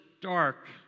dark